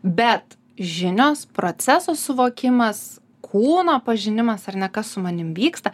bet žinios proceso suvokimas kūno pažinimas ar ne kas su manim vyksta